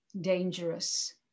dangerous